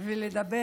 ולדבר